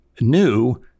new